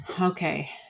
okay